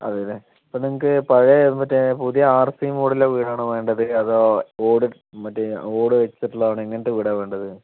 അതേ അല്ലേ അപ്പോൾ നിങ്ങള്ക്ക് പഴയ മറ്റേ പുതിയ ആർസി മോഡൽ വീടാണോ വേണ്ടത് അതോ ഓട് മറ്റേ ഓട് വെച്ചിട്ടുള്ള വീടാണോ വേണ്ടത്